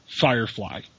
Firefly